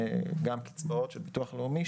גם מקצבאות של הביטוח הלאומי,